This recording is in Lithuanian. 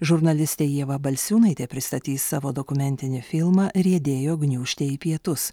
žurnalistė ieva balsiūnaitė pristatys savo dokumentinį filmą riedėjo gniūžtė į pietus